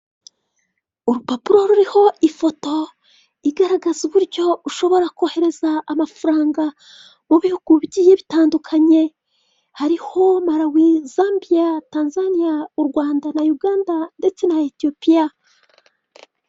Urupapuro ruriho ifoto igaragaza uburyo ushobora kohereza amafaranga, mu bihugu bigiye bitandukanye hariho malawi, zambia, tanzania, u Rwanda, na uganda ndetse na etiyopiya.